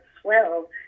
swell